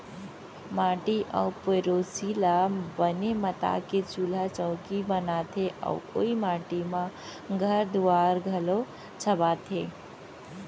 माटी अउ पेरोसी ल बने मता के चूल्हा चैकी बनाथे अउ ओइ माटी म घर दुआर घलौ छाबथें